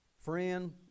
Friend